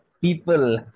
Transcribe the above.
people